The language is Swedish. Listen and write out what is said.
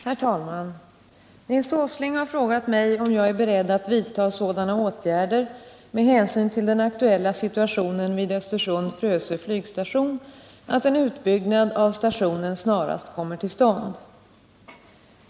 Herr talman! Nils Åsling har frågat mig om jag är beredd att vidta sådana | åtgärder med hänsyn till den aktuella situationen vid Östersund/Frösö flygstation att en utbyggnad av stationen snarast kommer till stånd.